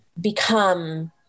become